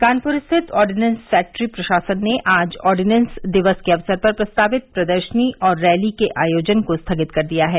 कानप्र स्थित ordnance factory प्रशासन ने आज आर्डिनेंस दिवस के अवसर पर प्रस्तावित प्रदर्शनी और रैली के आयोजन को स्थगित कर दिया है